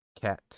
cat